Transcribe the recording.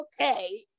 okay